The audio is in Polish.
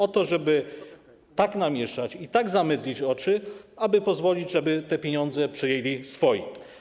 O to, żeby tak namieszać i tak zamydlić oczy, aby pozwolić, żeby te pieniądze przejęli swoi.